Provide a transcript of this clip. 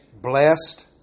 Blessed